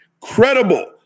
credible